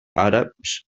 àrabs